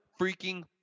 freaking